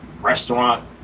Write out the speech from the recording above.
restaurant